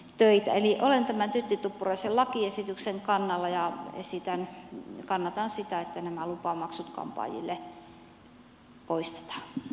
eli olen tämän tytti tuppuraisen lakiesityksen kannalla ja kannatan sitä että nämä lupamaksut kampaajilta poistetaan